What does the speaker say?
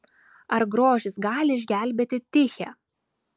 ar grožis gali išgelbėti tichę